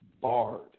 barred